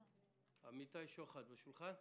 אמיתי שוחט יושב ליד השולחן?